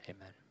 amen